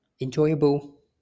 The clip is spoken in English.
enjoyable